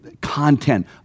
content